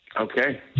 Okay